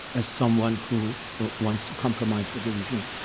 as someone who wants to compromise with the regime.